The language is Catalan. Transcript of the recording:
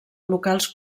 locals